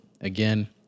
again